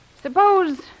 Suppose